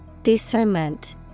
Discernment